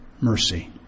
mercy